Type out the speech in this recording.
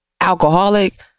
alcoholic